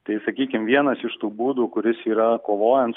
tai sakykim vienas iš tų būdų kuris yra kovojant